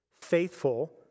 faithful